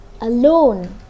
alone